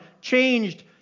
changed